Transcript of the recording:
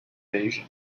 invasion